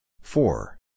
Four